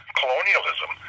colonialism